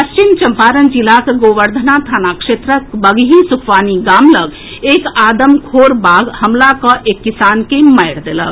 पश्चिम चंपारण जिलाक गोवर्धना थाना क्षेत्रक बगही सुखवानी गाम लऽग एक आदमखोर बाघ हमला कऽ एक किसान के मारि देलक